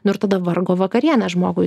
nu ir tada vargo vakarienė žmogui